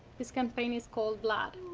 this campaign is called blood.